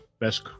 best